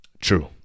True